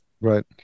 Right